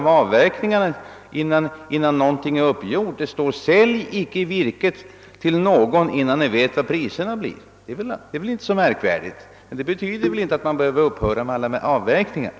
Det står inte att man skall upphöra med avverkningarna.